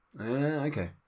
Okay